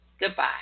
Goodbye